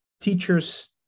teachers